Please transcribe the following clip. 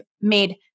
made